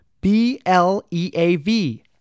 B-L-E-A-V